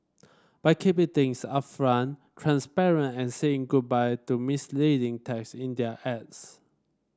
by keeping things upfront transparent and saying goodbye to misleading text in their ads